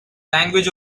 language